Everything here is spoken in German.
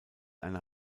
einer